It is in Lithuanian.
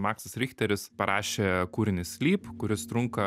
maksas richteris parašė kūrinį sleep kuris trunka